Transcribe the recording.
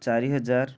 ଚାରି ହଜାର